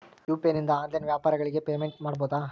UPI ನಿಂದ online ವ್ಯಾಪಾರಗಳಿಗೆ payment ಮಾಡಬಹುದಾ?